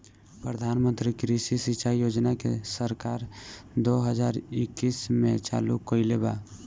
प्रधानमंत्री कृषि सिंचाई योजना के सरकार दो हज़ार इक्कीस में चालु कईले बा